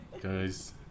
Guys